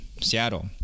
Seattle